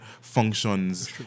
functions